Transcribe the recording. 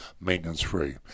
maintenance-free